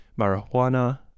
marijuana